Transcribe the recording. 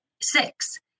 six